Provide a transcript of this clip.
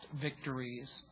victories